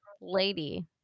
lady